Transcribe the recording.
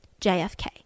JFK